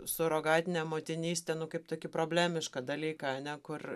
surogatinę motinystę nu kaip tokį problemišką dalyką ane kur